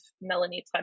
Melanie